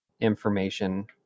information